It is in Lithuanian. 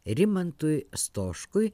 rimantui stoškui